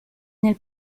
nel